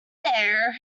there